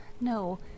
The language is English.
No